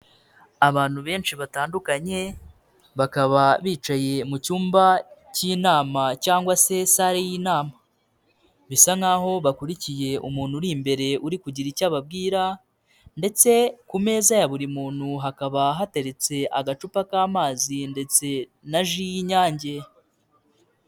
Abantu benshi batandukanye bakaba bicaye mu cyumba cy'inama cyangwa se sale y'inama, bisa nkaho bakurikiye umuntu uri imbere uri kugira icyo ababwira ndetse ku meza ya buri muntu hakaba hateretse agacupa k'amazi ndetse na ji y'Inyange.